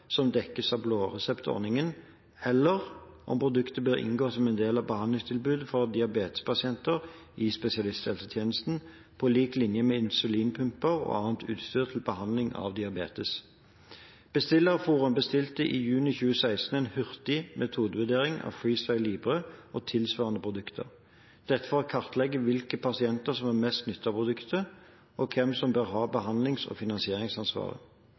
som dekkes av blåreseptordningen, eller om produktet bør inngå som en del av behandlingstilbudet for diabetespasienter i spesialisthelsetjenesten, på lik linje med insulinpumper og annet utstyr til behandling av diabetes. Bestillerforum bestilte i juni 2016 en hurtig metodevurdering av FreeStyle Libre og tilsvarende produkter. Dette for å kartlegge hvilke pasienter som har mest nytte av produktet, og hvem som bør ha behandlings- og finansieringsansvaret.